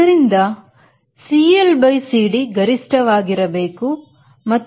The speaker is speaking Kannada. ಆದ್ದರಿಂದ ಅದು CLCD ಗರಿಷ್ಠ ವಾಗಿರಬೇಕು